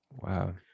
wow